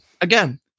again